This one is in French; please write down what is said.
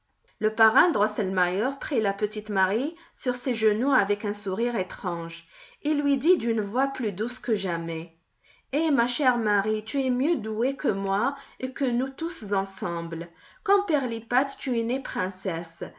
le parrain drosselmeier prit la petite marie sur ses genoux avec un sourire étrange et lui dit d'une voix plus douce que jamais eh ma chère marie tu es mieux douée que moi et que nous tous ensemble comme pirlipat tu es née princesse